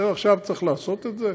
צריך לעשות את זה.